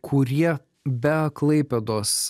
kurie be klaipėdos